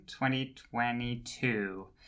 2022